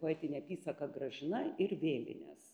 poetinė apysaka gražina ir vėlinės